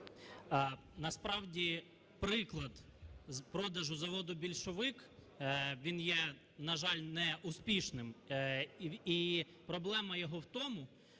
Насправді приклад продажу заводу "Більшовик", він є, на жаль, неуспішним і проблема його в тому,